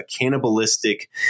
cannibalistic